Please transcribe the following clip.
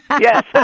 yes